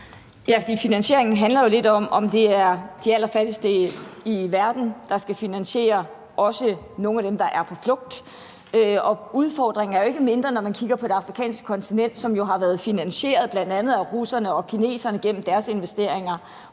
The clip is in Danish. Ja, for finansieringen handler jo lidt om, om det er de allerfattigste i verden, der også skal finansiere nogle af dem, der er på flugt. Og udfordringen er ikke mindre, når man kigger på det afrikanske kontinent, som jo har været finansieret bl.a. af russerne og kineserne gennem deres investeringer.